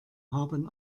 haben